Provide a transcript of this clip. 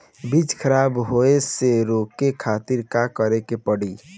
बीज खराब होए से रोके खातिर का करे के पड़ी?